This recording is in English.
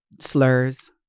slurs